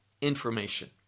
information